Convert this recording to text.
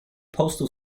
postal